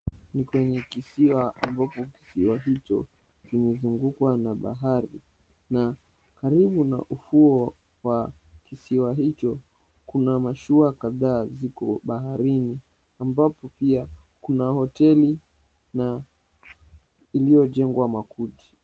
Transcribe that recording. Ni kwenye kisiwa ambapo kisiwa hicho umezungukwa na bahari na karibu na ufuo wa kisiwa hicho kuna mashua kadhaa ziko baharini ambapo pia kuna hoteli iliyojengwa makuti.